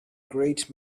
great